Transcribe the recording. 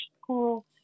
school